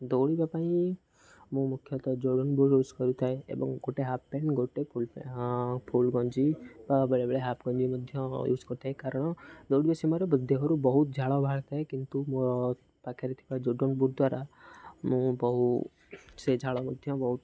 ଦୌଡ଼ିବା ପାଇଁ ମୁଁ ମୁଖ୍ୟତଃ ୟୁଜ୍ କରିଥାଏ ଏବଂ ଗୋଟେ ହାଫ୍ ପ୍ୟାଣ୍ଟ ଗୋଟେ ଫୁଲ୍ ପେ ଫୁଲ୍ ଗଞ୍ଜି ବା ବେଳେବେଳେ ହାଫ୍ ଗଞ୍ଜି ମଧ୍ୟ ୟୁଜ୍ କରିଥାଏ କାରଣ ଦୌଡ଼ିବା ସମୟରେ ଦେହରୁ ବହୁତ ଝାଳ ବାହାରିଥାଏ କିନ୍ତୁ ମୋ ପାଖରେ ଥିବା ଦ୍ୱାରା ମୁଁ ବହୁ ସେ ଝାଳ ମଧ୍ୟ ବହୁତ